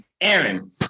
aaron